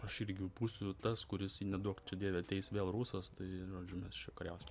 aš irgi būsiu tas kuris jei neduok čia dieve ateis vėl rusas tai žodžiu mes čia kariausim